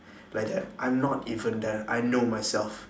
like that I'm not even there I know myself